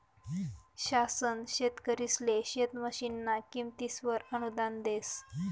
शासन शेतकरिसले शेत मशीनना किमतीसवर अनुदान देस